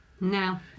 No